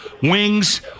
wings